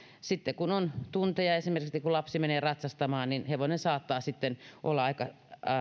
sitten kun on tunteja esimerkiksi kun lapsi menee ratsastamaan niin hevonen saattaa sitten olla aika